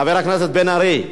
חבר הכנסת בן-ארי,